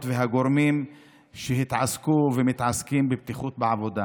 והגורמים שהתעסקו ומתעסקים בבטיחות בעבודה.